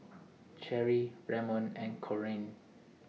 Cherrie Ramon and Corene